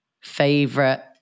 favorite